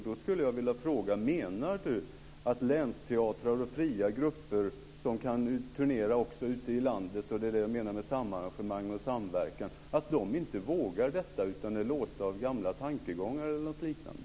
Jag skulle vilja fråga om hon menar att länsteatrar och fria grupper som också kan turnera ute i landet - det är det som jag menar med samarrangemang och samverkan - inte vågar detta utan är låsta av gamla tankegångar eller något liknande.